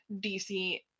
dc